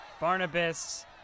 Barnabas